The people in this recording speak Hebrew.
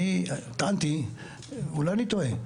טענתי, ואולי אני טועה,